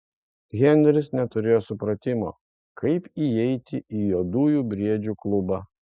henris neturėjo supratimo kaip įeiti į juodųjų briedžių klubą